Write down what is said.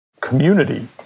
community